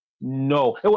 No